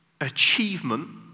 achievement